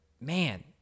man